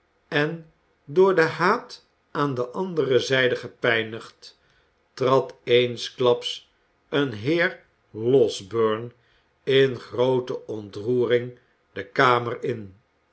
en door den haat aan de andere zijde gepijnigd trad eensklaps een heer losbeme in groote ontroering de kamer in